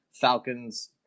Falcons